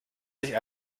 sie